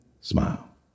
smile